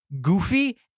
goofy